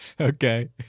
Okay